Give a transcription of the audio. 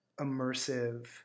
immersive